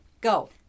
go